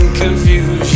confusion